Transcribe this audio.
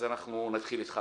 אז אנחנו נתחיל איתך,